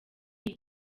iyi